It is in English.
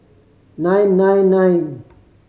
nine nine nine